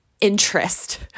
interest